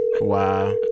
Wow